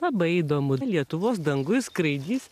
labai įdomu lietuvos danguj skraidys